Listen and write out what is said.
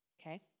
okay